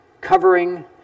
covering